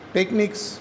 Techniques